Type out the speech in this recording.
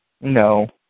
No